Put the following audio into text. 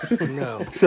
No